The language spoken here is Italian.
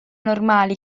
normali